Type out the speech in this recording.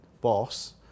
boss